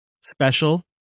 special